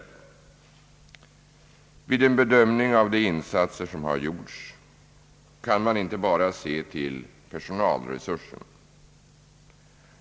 Vid en bedömning av de insatser som har gjorts kan man inte endast se till personalresurserna.